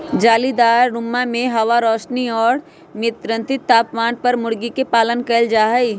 जालीदार रुम्मा में हवा, रौशनी और मियन्त्रित तापमान पर मूर्गी के पालन कइल जाहई